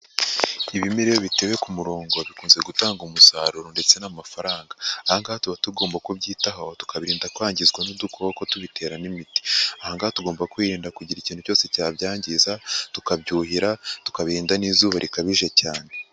Ibimera iyo bitewe ku murongo bikunze gutanga umusaruro ndetse n'amafaranga, aha ngaha tuba tugomba kubyitaho tukabirinda kwangizwa n'udukoko tubiteramo imiti, aha ngaha tugomba kwirinda kugira ikintu cyose cyabyangiza, tukabyuhira, tukabirinda n'izuba rikabije cyane.